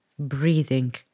breathing